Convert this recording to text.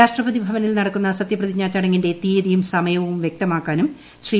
രാഷ്ട്രപതി ഭവനിൽ നടക്കുന്ന സത്യക്ത്രിജ്ഞാ ചടങ്ങിന്റെ തീയതിയും സമയവും വ്യക്തമാക്കാനും ശ്രീ